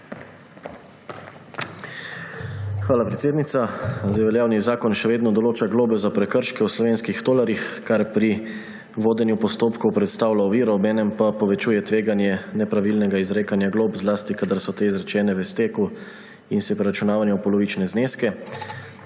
Hvala, predsednica. Veljavni zakon še vedno določa globe za prekrške v slovenskih tolarjih, kar pri vodenju postopkov predstavlja oviro, obenem pa povečuje tveganje nepravilnega izrekanja glob, zlasti kadar so te izrečene v steku in se preračunavajo v polovične zneske.